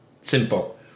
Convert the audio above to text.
Simple